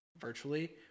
virtually